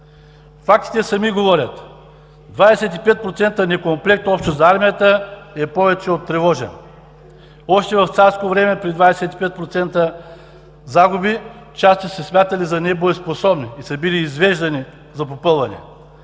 Фактите сами говорят: 25% недокомплект общо за армията е повече от тревожен. Още в царско време при 25% загуби частите са се смятали за небоеспособни и са били извеждани за попълване.